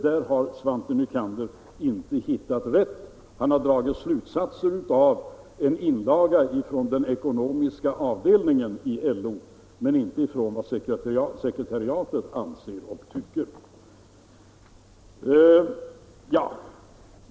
Där har Svante Nycander inte hittat rätt. Han har dragit slutsatser på basis av en inlaga från den ekonomiska avdelningen i LO, men inte av vad sekretariatet anser.